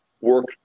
work